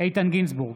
איתן גינזבורג,